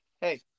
hey